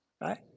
right